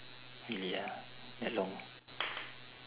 really ah that long